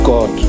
God